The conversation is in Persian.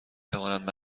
توانند